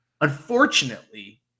Unfortunately